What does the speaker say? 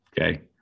Okay